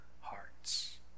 hearts